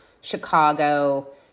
Chicago